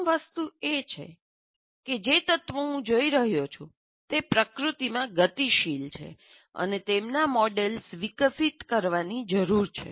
પ્રથમ વસ્તુ એ છે કે જે તત્વો હું જોઈ રહ્યો છું તે પ્રકૃતિમાં ગતિશીલ છે અને તેમના મોડલ્સ વિકસિત કરવાની જરૂર છે